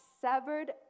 severed